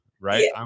right